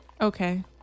okay